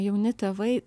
jauni tėvai